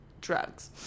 drugs